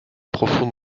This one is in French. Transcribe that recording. profonde